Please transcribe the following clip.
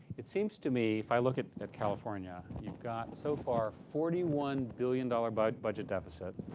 it seems to me, if i look at at california, you've got so far forty one billion dollars but budget deficit.